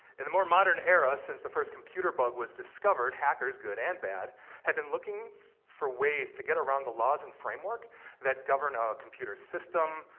in the more modern era, since the first computer bug was discovered, hackers good and bad have been looking for ways to get around the laws and framework that govern a computer system,